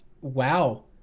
wow